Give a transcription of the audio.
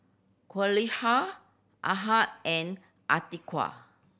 Qalisha Ahad and Atiqah